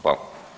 Hvala.